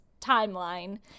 timeline